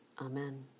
Amen